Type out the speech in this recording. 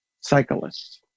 cyclists